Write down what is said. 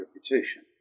reputation